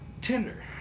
Tinder